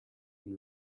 and